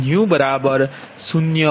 5 0